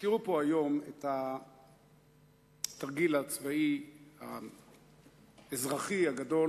הזכירו פה היום את התרגיל הצבאי-אזרחי הגדול